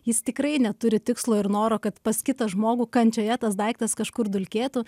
jis tikrai neturi tikslo ir noro kad pas kitą žmogų kančioje tas daiktas kažkur dulkėtų